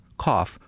cough